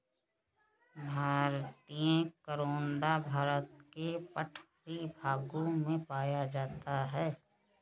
भारतीय करोंदा भारत के पठारी भागों में पाया जाता है